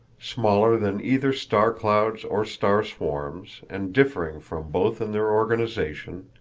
smaller than either star-clouds or star-swarms, and differing from both in their organization,